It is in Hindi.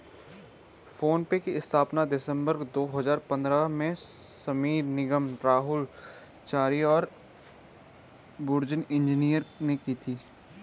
फ़ोन पे की स्थापना दिसंबर दो हजार पन्द्रह में समीर निगम, राहुल चारी और बुर्जिन इंजीनियर ने की थी